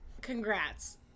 Congrats